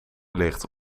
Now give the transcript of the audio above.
ligt